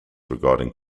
regarding